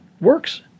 works